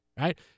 Right